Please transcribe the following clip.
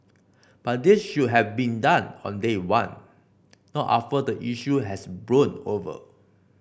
but this should have been done on day one not after the issue has blown over